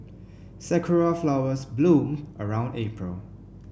sakura flowers bloom around April